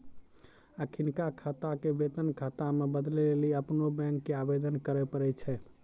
अखिनका खाता के वेतन खाता मे बदलै लेली अपनो बैंको के आवेदन करे पड़ै छै